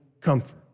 comfort